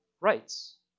rights